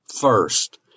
first